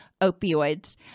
opioids